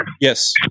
Yes